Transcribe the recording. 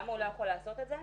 למה הוא לא יכול לעשות את זה?